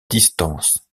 distance